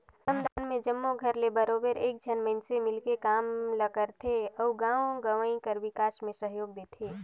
श्रमदान में जम्मो घर ले बरोबेर एक झन मइनसे मिलके काम ल करथे अउ गाँव गंवई कर बिकास में सहयोग देथे